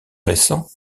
récent